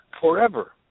forever